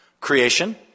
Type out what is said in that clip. creation